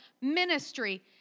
ministry